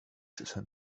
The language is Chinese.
尺寸